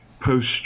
post